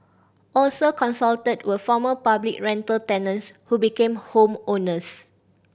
also consulted were former public rental tenants who became home owners